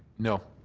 no.